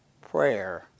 prayer